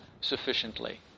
sufficiently